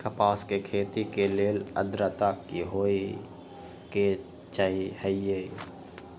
कपास के खेती के लेल अद्रता की होए के चहिऐई?